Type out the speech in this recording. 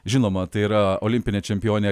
žinoma tai yra olimpinė čempionė